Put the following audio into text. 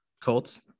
Colts